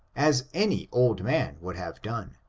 as any old man would have done,